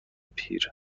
پیر